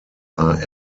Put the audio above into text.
are